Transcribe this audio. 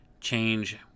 change